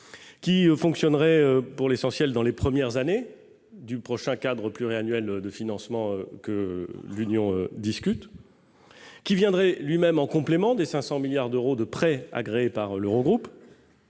fonctionnerait, pour l'essentiel, dans les premières années du prochain cadre pluriannuel de financement que l'Union discute et viendrait lui-même en complément des 500 milliards d'euros de prêts agréés par l'Eurogroupe.